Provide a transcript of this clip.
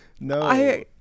no